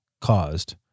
caused